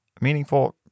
meaningful